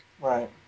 Right